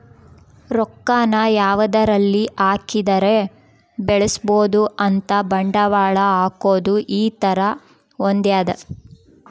ರೊಕ್ಕ ನ ಯಾವದರಲ್ಲಿ ಹಾಕಿದರೆ ಬೆಳ್ಸ್ಬೊದು ಅಂತ ಬಂಡವಾಳ ಹಾಕೋದು ಈ ತರ ಹೊಂದ್ಯದ